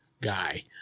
guy